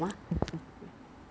what hooks what is hooks